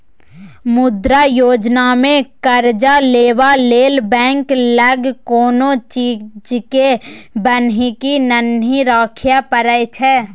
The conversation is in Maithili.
मुद्रा योजनामे करजा लेबा लेल बैंक लग कोनो चीजकेँ बन्हकी नहि राखय परय छै